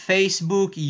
Facebook